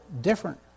different